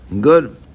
Good